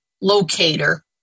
locator